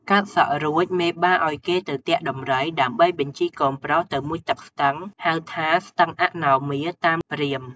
កាត់សក់រួចមេបា ឲ្យគេទៅទាក់ដំរី ដើម្បីបញ្ជិះកូនប្រុសទៅមុជទឹកស្ទឹង ហៅថាស្ទឺងអនោមា តាមព្រាហ្មណ៍ ។